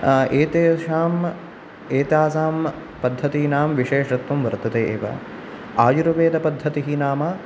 एतेषां एतासां पद्धतीनां विशेषत्वं वर्तते एव आयुर्वेदपद्धतिः नाम